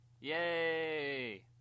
Yay